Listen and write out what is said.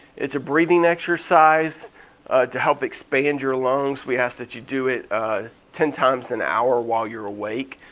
it's a breathing exercise to help expand your lungs. we ask that you do it ten times an hour while you're awake.